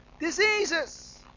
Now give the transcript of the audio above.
diseases